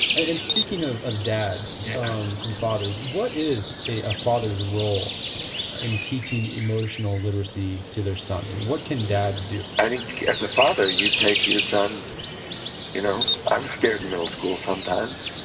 and and speaking of of dads yeah um and fathers, what is a a father's role in teaching emotional literacy to their sons and what can dads do? i think as a father you take your son you know i was scared in the middle school sometimes,